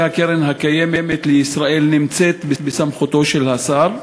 קרן קיימת לישראל נמצאת בסמכותו של השר?